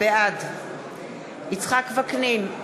בעד יצחק וקנין,